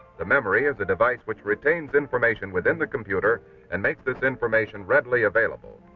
the memory is a device which retains information within the computer and makes this information readily available.